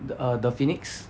the err the phoenix